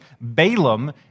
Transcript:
Balaam